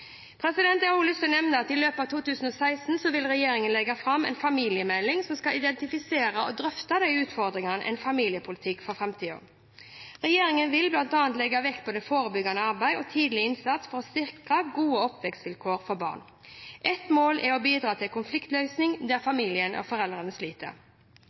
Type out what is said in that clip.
Jeg har også lyst til å nevne at i løpet av 2016 vil regjeringen legge fram en familiemelding som skal identifisere og drøfte utfordringene i en familiepolitikk for framtida. Regjeringen vil bl.a. legge vekt på det forebyggende arbeidet og tidlig innsats for å sikre gode oppvekstvilkår for barn. Et mål er å bidra til konfliktløsning der familien og foreldrene sliter.